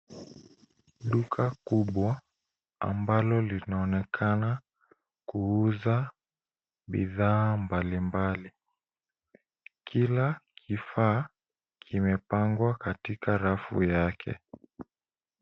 Duka kubwa, ambalo linaonekana kuuza bidhaa mbalimbali. Kila kifaa kimepangwa katika rafu yake.